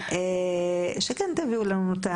שכן תביאו לנו.